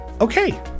okay